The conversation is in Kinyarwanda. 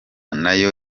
nayo